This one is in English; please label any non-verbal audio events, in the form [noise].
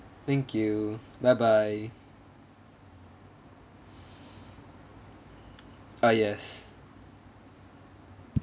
thank you bye bye [breath] uh yes